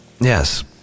Yes